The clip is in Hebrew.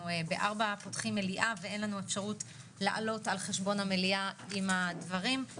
פותחים מליאה ואין לנו אפשרות לעלות על חשבון המליאה עם הדברים.